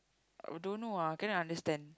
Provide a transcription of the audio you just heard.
I don't know lah cannot understand